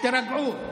תירגעו.